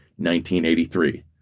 1983